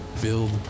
Build